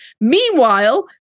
Meanwhile